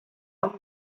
one